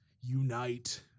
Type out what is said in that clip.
unite